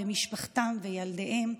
ומשפחתן וילדיהם.